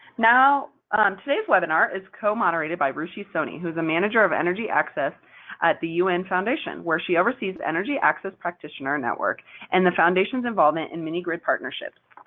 now today's webinar is co-moderated by ruchi soni, who's a manager of energy access at the un foundation, where she oversees energy access practitioner network and the foundation's involvement in many grid partnerships.